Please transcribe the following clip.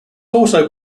also